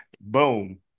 Boom